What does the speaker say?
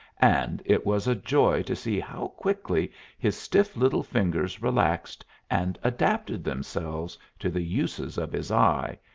and it was a joy to see how quickly his stiff little fingers relaxed and adapted themselves to the uses of his eye,